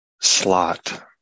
slot